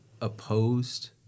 opposed